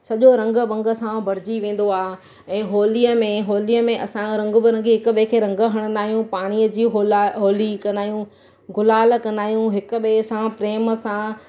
सॼो रंग भंग सां भरजी वेंदो आहे ऐं होलीअ में होलीअ में असां रंग बिरंगी हिकु ॿिए खे रंग हणंदा आहियूं पाणीअ जी होला होली कंदा आहियूं गुलाल कंदा आहियूं हिकु ॿिए सां प्रेम सां